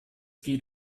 geht